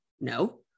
no